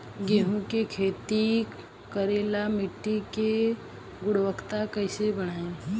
गेहूं के खेती करेला मिट्टी के गुणवत्ता कैसे बढ़ाई?